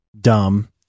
dumb